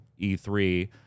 E3